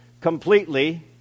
completely